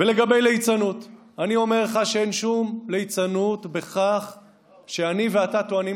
ועכשיו אתה אומר: שנים הרצפה הייתה עקומה.